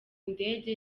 ndege